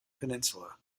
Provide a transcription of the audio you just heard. peninsula